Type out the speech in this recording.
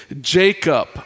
Jacob